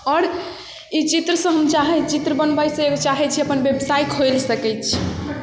आओर ई चित्रसँ हम चाहय चित्र बनबयसँ चाहय छी अपन व्यवसाय खोलि सकय छी